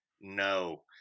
No